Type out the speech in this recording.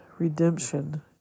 Redemption